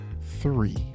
three